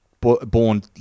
born